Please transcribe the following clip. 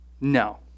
no